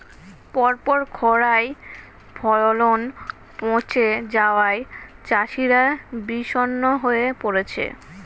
পরপর খড়ায় ফলন পচে যাওয়ায় চাষিরা বিষণ্ণ হয়ে পরেছে